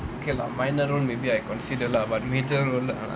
okay lah minor role maybe I consider lah but major role ah